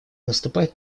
наступает